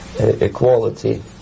equality